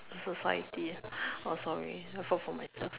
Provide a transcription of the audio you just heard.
society ah oh sorry I thought for myself